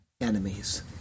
enemies